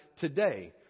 today